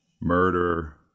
murder